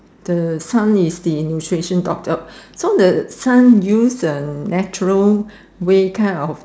the son is the nutrition doctor so the son use a natural way kind of